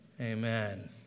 Amen